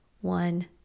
one